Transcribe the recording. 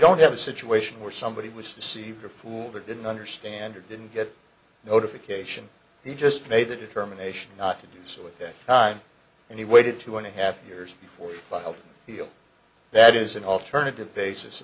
don't have a situation where somebody was deceived or fooled or didn't understand or didn't get notification he just made the determination not to do so at this time and he waited two and a half years before but i feel that is an alternative basis